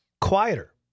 quieter